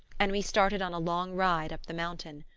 and we started on a long ride up the mountain.